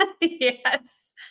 Yes